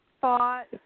thought